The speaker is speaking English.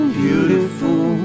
beautiful